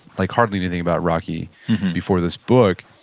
like hardly anything about rocky before this book.